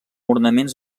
ornaments